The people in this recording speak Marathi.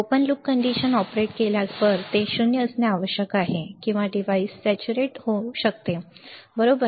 ओपन लूप कंडिशनमध्ये ऑपरेट केल्यावर ते शून्य असणे आवश्यक आहे किंवा डिव्हाइस सेच्युरेट संतृप्त होऊ शकते बरोबर